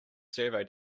survey